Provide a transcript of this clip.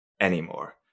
anymore